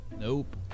nope